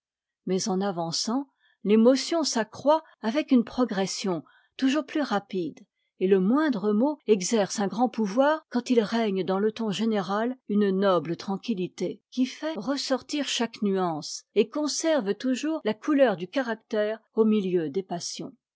mais en avançant l'émotion s'accroit avec une progression toujours plus rapide et le moindre mot exerce un grand pouvoir quand il règne dans le ton général une noble tranquillité qui fait ressortir chaque nuance et conserve toujours la couleur du caractère au milieu des passions